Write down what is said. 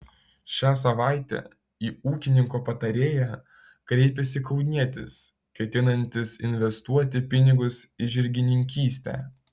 šią savaitę į ūkininko patarėją kreipėsi kaunietis ketinantis investuoti pinigus į žirgininkystę